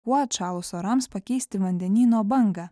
kuo atšalus orams pakeisti vandenyno bangą